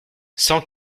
cent